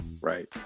right